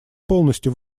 полностью